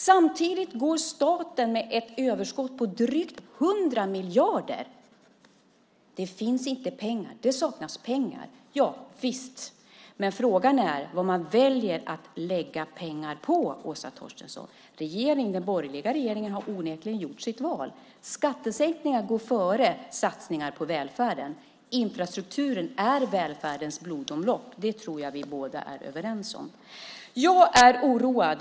Samtidigt går staten med ett överskott på drygt 100 miljarder. Det finns inte pengar. Det saknas pengar. Javisst, men frågan är vad man väljer att lägga pengar på, Åsa Torstensson. Den borgerliga regeringen har onekligen gjort sitt val. Skattesänkningar går före satsningar på välfärden. Infrastrukturen är välfärdens blodomlopp, det tror jag att vi är överens om. Jag är oroad.